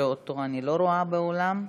שאותו אני לא רואה באולם.